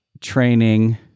training